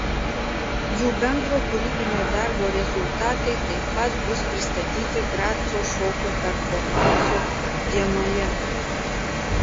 jų bendro kūrybinio darbo rezultatai taip pat bus pristatyti graco šokio performanso dienoje